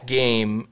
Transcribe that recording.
game